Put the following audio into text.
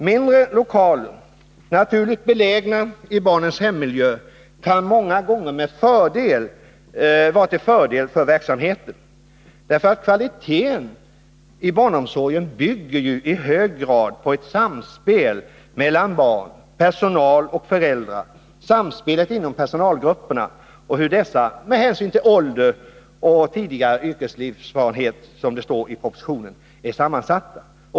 Mindre lokaler, naturligt belägna i barnens hemmiljö, kan många gånger vara till fördel för verksamheten, eftersom kvaliteten i barnomsorgen i hög grad bygger på samspelet mellan barn, personal och föräldrar, på samspelet inom personalgrupperna och på hur dessa — med hänsyn till ålder och tidigare yrkeslivserfarenhet, som det står i propositionen — är sammansatta.